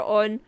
on